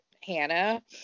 Hannah